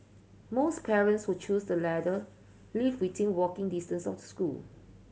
most parents who choose the latter lived within walking distance of the school